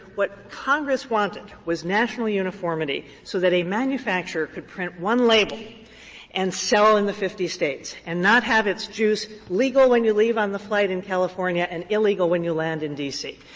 what congress wanted was national uniformity so that a manufacturer could print one label and sell in the fifty states and not have its juice legal when you leave on the flight in california and illegal when you land in d c.